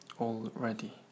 already